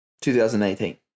2018